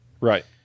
right